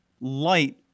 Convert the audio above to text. light